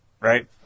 right